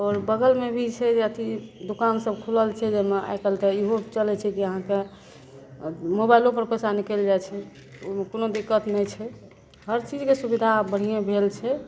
आओर बगलमे भी जे छै अथी दोकान सब खुलल छै जाहिमे आइकाल्हि तऽ ईहो चलय छै आहाँके मोबाइलोपर पैसा निकलि जाइ छै उ कोनो दिक्कत नहि छै हर चीजके सुविधा आब बढ़ियें भेल छै